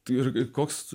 tai irgi koks